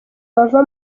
bava